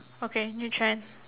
okay new trend